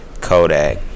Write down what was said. Kodak